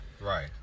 Right